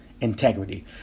integrity